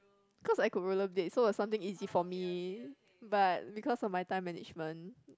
cause I could roller blade so it was something easy for me but because of my time management